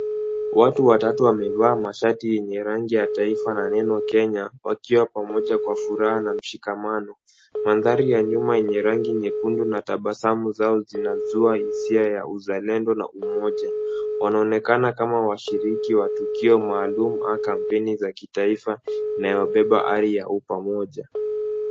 Watu watatu wamevaa mashati yenye rangi ya taifa na neno Kenya wakiwa pamoja kwa furaha na mshikamano. Mandhari ya nyuma yenye rangi nyekundu na tabasamu zao zinazua hisia ya uzalendo na umoja. Wanaonekana kama washiriki wa tukio maalum au kampeni za kitaifa inayobeba ari ya upamoja.